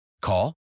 Call